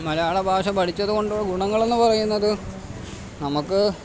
മലയാള ഭാഷ പഠിച്ചതുകൊണ്ടുള്ള ഗുണങ്ങളെന്ന് പറയുന്നതു നമുക്ക്